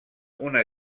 una